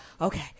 okay